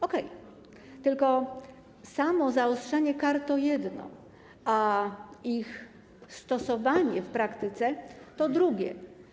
Okej, tylko samo zaostrzenie kar to jedno, a ich stosowanie w praktyce to drugie.